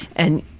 and